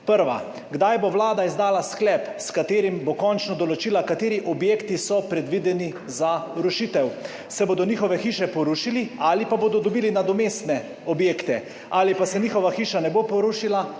Kdaj bo Vlada izdala sklep, s katerim bo končno določila, kateri objekti so predvideni za rušitev? Ljudi zanima, ali se bodo njihove hiše porušile, ali bodo dobili nadomestne objekte ali se njihova hiša ne bo porušila